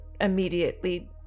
immediately